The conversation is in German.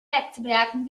netzwerken